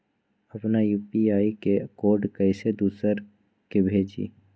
अपना यू.पी.आई के कोड कईसे दूसरा के भेजी?